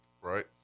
right